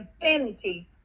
infinity